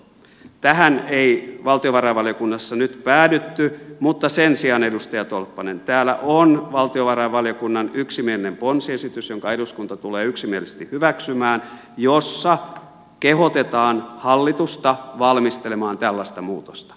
tähän ei valtiovarainvaliokunnassa nyt päädytty mutta sen sijaan edustaja tolppanen täällä on valtiovarainvaliokunnan yksimielinen ponsiesitys jonka eduskunta tulee yksimielisesti hyväksymään jossa kehotetaan hallitusta valmistelemaan tällaista muutosta